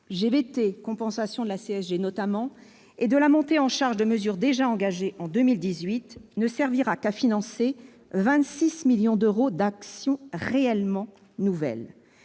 GVT et compensation de la CSG, notamment -et de la montée en charge de mesures déjà engagées en 2018, ne servira qu'à financer 26 millions d'euros d'actions réellement nouvelles,